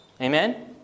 Amen